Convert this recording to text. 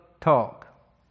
talk